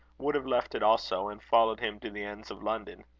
would have left it also, and followed him to the ends of london.